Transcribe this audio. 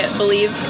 believe